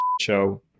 show